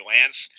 Lance